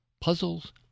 Puzzles